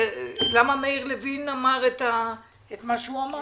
למה מאיר לוין אמר את מה שהוא אמר?